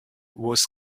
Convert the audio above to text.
was